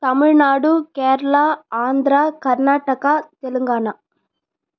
Tamil Nadu Kerala Andhra Karnataka Telangana